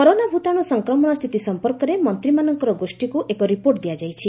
corona ଭୂତାଣୁ ସଂକ୍ରମଣ ସ୍ଥିତି ସମ୍ପର୍କରେ ମନ୍ତ୍ରୀମାନଙ୍କର ଗୋଷୀକୁ ଏକ ରିପୋର୍ଟ ଦିଆଯାଇଛି